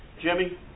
Jimmy